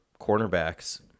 cornerbacks